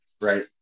right